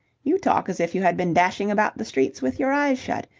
you talk as if you had been dashing about the streets with your eyes shut.